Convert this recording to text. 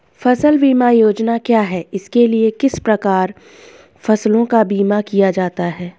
फ़सल बीमा योजना क्या है इसके लिए किस प्रकार फसलों का बीमा किया जाता है?